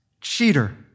cheater